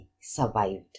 survived